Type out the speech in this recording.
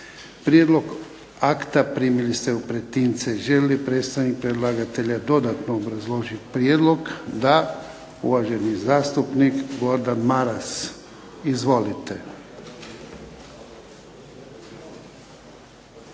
Prijedlog akta primili ste u pretince. Želi li predstavnik predlagatelja dodatno obrazložiti prijedlog? Da. Uvaženi zastupnik Gordan Maras. Izvolite.